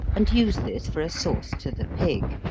and use this for a sauce to the pig.